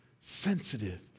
sensitive